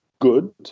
good